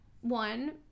one